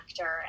actor